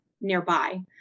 nearby